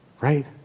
Right